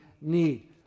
need